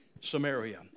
Samaria